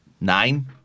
Nine